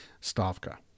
Stavka